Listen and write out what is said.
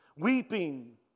weeping